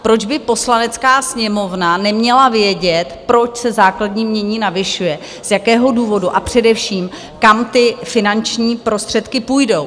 Proč by Poslanecká sněmovna neměla vědět, proč se základní jmění navyšuje, z jakého důvodu a především, kam ty finanční prostředky půjdou?